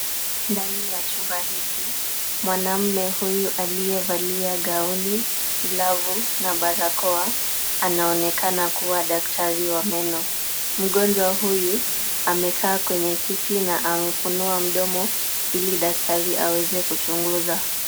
Ndani ya chumba hiki mwanamume huyu aliyevalia gauni, glavu na barakoa anaonekana kuwa daktari wa meno. Mgonjwa huyu amekaa kwenye kiti na amefunua mdomo ili daktari aweze kuchunguza.